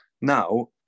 now